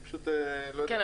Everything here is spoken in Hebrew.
כן,